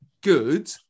good